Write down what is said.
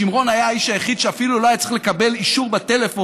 שמרון היה האיש היחיד שאפילו לא היה צריך לקבל אישור בטלפון